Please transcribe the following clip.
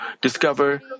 discover